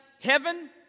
heaven